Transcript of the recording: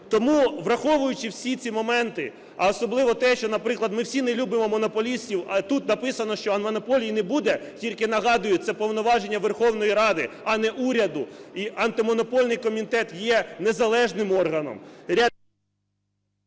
Тому, враховуючи всі ці моменти, а особливо те, що, наприклад, ми всі не любимо монополістів, а тут написано, що монополій не буде, тільки нагадую, це повноваження Верховної Ради, а не уряду, і Антимонопольний комітет є незалежним органом…